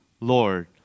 Lord